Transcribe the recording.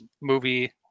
movie